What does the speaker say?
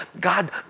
God